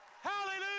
Hallelujah